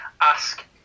ask